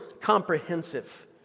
comprehensive